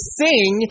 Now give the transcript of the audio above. sing